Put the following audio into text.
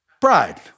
Pride